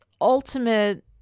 ultimate